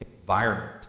environment